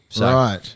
Right